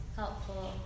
helpful